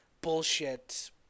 bullshit